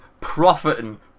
profiting